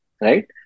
right